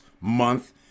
month